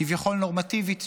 כביכול נורמטיבית,